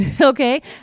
Okay